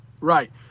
Right